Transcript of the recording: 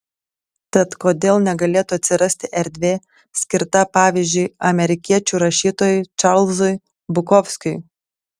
tad kodėl negalėtų atsirasti erdvė skirta pavyzdžiui amerikiečių rašytojui čarlzui bukovskiui